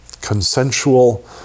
consensual